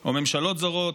או ממשלות זרות,